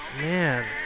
man